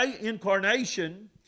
incarnation